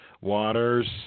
Waters